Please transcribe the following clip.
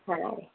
ಹಾಂ ರೀ